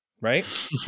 right